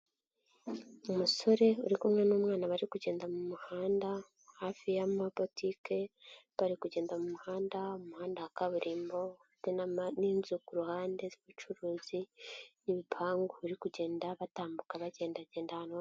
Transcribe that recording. Umusore uri kumwe n'umwana bari kugenda mu muhanda, hafi y'amabutike, bari kugenda mu muhanda, mu muhanda wa kaburimbo, ufite n'inzu kuruhande z'ubucuruzi n'ibipangu, bari kugenda batambuka, bagendagenda ahantu hose.